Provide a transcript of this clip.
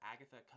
Agatha